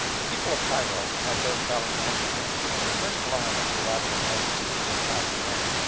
the people of cairo, like those of alexandria, when their first alarm at the arrival of nelson's fleet had passed away,